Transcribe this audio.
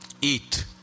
Eat